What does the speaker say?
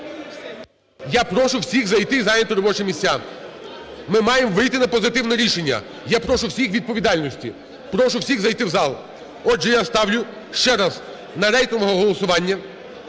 Я прошу всіх зайти і зайняти робочі місця. Ми маємо вийти на позитивне рішення. Я прошу всіх відповідальності, прошу всіх зайти в зал. Отже, я ставлю ще раз на рейтингове голосування.